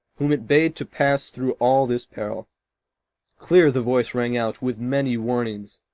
whom it bade to pass thro' all this peril clear the voice rang out with many warnings,